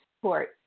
support